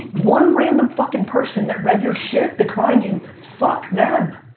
one random fucking person that read your shit declined you, fuck them.